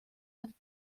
have